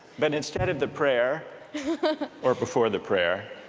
but instead of the prayer or before the prayer,